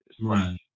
Right